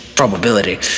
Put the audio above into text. Probability